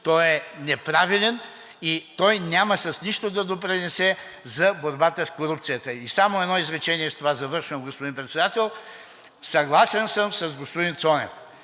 той е неправилен и той няма с нищо да допринесе за борбата с корупцията. Само едно изречение и с това завършвам, господин Председател. Съгласен съм с господин Цонев,